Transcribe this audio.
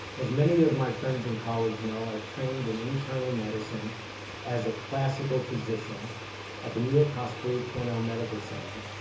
as many of my friends and colleagues know, i've trained in internal medicine as a classical physician at the new york hospital cornell medical center,